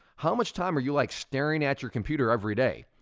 how much time are you like staring at your computer every day?